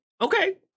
Okay